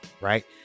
right